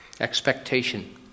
Expectation